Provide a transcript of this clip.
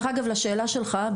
בנוגע לשאלה שלך,